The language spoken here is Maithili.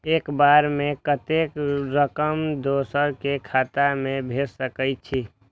एक बार में कतेक रकम दोसर के खाता में भेज सकेछी?